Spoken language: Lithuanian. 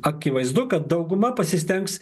akivaizdu kad dauguma pasistengs